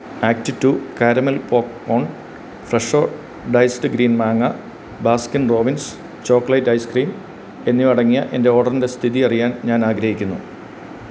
act two caramel popcorn Fresho diced green മാങ്ങ Baskin Robbins chocolate ice cream എന്നിവ അടങ്ങിയ എൻറ്റെ ഓഡറിന്റെ സ്ഥിതി അറിയാൻ ഞാനാഗ്രഹിക്കുന്നു